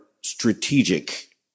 strategic